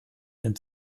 nimmt